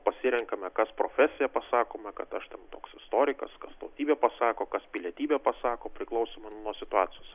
pasirenkame kas profesiją pasakome kad aš ten toks istorikas kas tautybę pasako kas pilietybę pasako priklausomai nuo situacijos